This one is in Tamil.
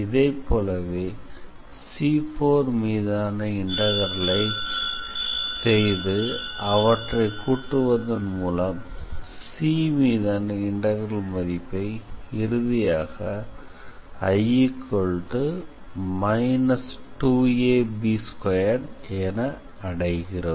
இதைப்போலவே C4மீதான இன்டெக்ரலை செய்து அவற்றை கூட்டுவதன் மூலம் C மீதான இன்டெக்ரல் மதிப்பை இறுதியாக I−2ab2என அடைகிறோம்